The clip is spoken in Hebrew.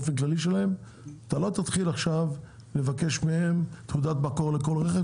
אתה לא תתחיל לבקש מהם תעודת מקור לכל רכב,